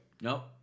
Nope